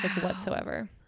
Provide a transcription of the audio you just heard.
whatsoever